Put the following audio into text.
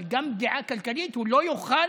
אבל גם פגיעה כלכלית, הוא לא יוכל